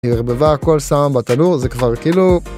היא ערבבה הכל שם בתנור זה כבר כאילו...